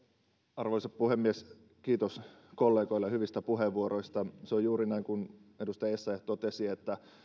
arvoisa puhemies kiitos kollegoille hyvistä puheenvuoroista se on juuri näin kuin edustaja essayah totesi että